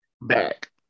Back